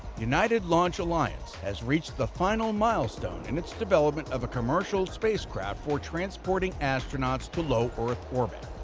united launch alliance has reached the final milestone in its development of a commercial spacecraft for transporting astronauts to low-earth orbit.